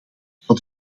zal